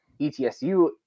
ETSU